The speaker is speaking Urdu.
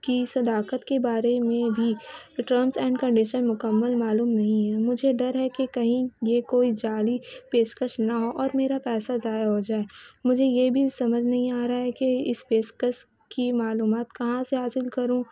کی صداقت کے بارے میں بھی ٹرمس اینڈ کنڈیشن مکمل معلوم نہیں ہے مجھے ڈر ہے کہ کہیں یہ کوئی جال پیشکش نہ ہو اور میرا پیسہ ضائع ہو جائے مجھے یہ بھی سمجھ نہیں آ رہا ہے کہ اس پیشکش کی معلومات کہاں سے حاصل کروں